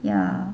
ya